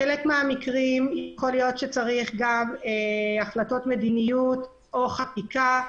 בחלק מהמקרים צריך החלטות מדיניות או חקיקה,